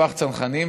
כוח צנחנים,